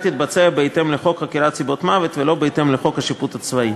תתבצע בהתאם לחוק חקירת נסיבות מוות ולא בהתאם לחוק השיפוט הצבאי.